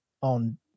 on